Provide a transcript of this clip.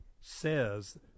says